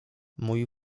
mój